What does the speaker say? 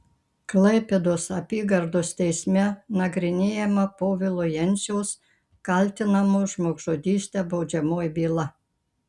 klaipėdos apygardos teisme nagrinėjama povilo jenciaus kaltinamo žmogžudyste baudžiamoji byla